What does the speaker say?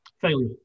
Failure